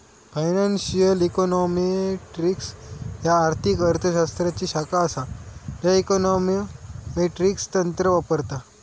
financial econometrics ह्या आर्थिक अर्थ शास्त्राची शाखा असा ज्या इकॉनॉमेट्रिक तंत्र वापरता